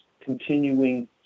continuing